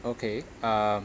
okay um